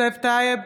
טייב,